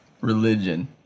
religion